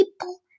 people